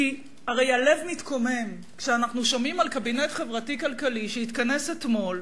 כי הרי הלב מתקומם כשאנחנו שומעים על קבינט חברתי-כלכלי שהתכנס אתמול